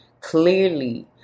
clearly